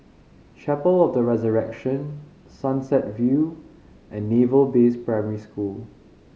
Chapel of the Resurrection Sunset View and Naval Base Primary School